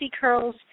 curls